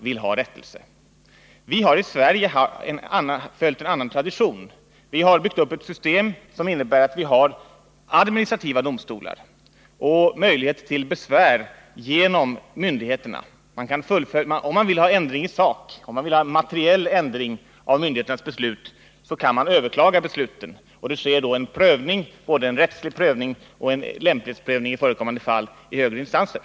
I Sverige har vi en annan tradition. Vi har byggt upp ett system som innebär att vi har administrativa domstolar och därmed möjlighet att anföra besvär gentemot myndigheterna. Om man vill ha materiell ändring av myndigheternas beslut kan man överklaga dessa. Det sker då en prövning, både en rättslig prövning och en lämplighetsprövning i förekommande fall, i högre instanser.